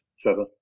Trevor